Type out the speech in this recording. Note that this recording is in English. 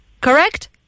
Correct